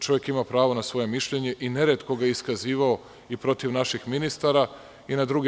Čovek ima pravo na svoje mišljenje i neretko ga je iskazivao i protiv naših ministara i na druge.